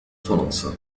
فرنسا